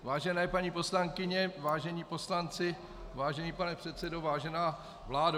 Vážené paní poslankyně, vážení poslanci, vážený pane předsedo, vážená vládo.